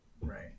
Right